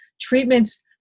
Treatments